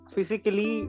Physically